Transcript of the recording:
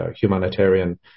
humanitarian